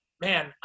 man